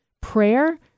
prayer